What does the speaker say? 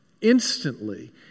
Instantly